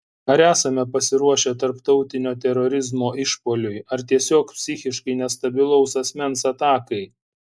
ar esame pasiruošę tarptautinio terorizmo išpuoliui ar tiesiog psichiškai nestabilaus asmens atakai